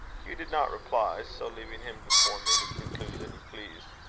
hugh did not reply so leaving him to form any conclusion he pleased.